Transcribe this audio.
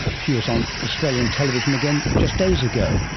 she was on australian television again just days ago.